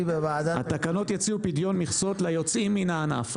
התקנות יציעו פדיון מכסות ליוצאים מן הענף.